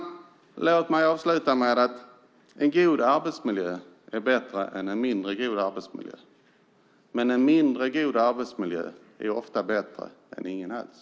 Låt mig avsluta med att säga att en god arbetsmiljö är bättre än en mindre god arbetsmiljö, men en mindre god arbetsmiljö är ofta bättre än ingen alls.